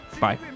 Bye